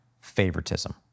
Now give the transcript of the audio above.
favoritism